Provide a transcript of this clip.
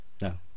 No